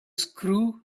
screw